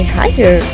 higher